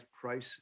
price